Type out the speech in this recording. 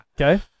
Okay